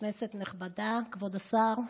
כנסת נכבדה, כבוד השר,